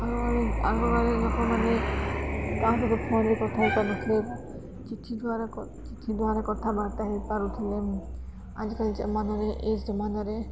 ଆଗ ଆଗକାଳରେ ଲୋକମାନେ କାହାକୁ ଦେଖା କି କଥା ହେଇ ପାରୁନଥିଲେ ଚିଠି ଦ୍ୱାରା ଚିଠି ଦ୍ୱାରା କଥାବାର୍ତ୍ତା ହେଇପାରୁଥିଲେ ଆଜିକା ଜମାନାରେ ଏଇ ଜମାନାରେ